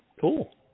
Cool